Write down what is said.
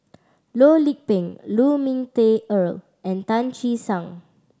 Loh Lik Peng Lu Ming Teh Earl and Tan Che Sang